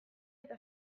eta